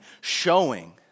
showing